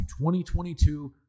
2022